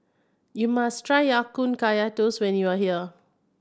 you must try Ya Kun Kaya Toast when you are here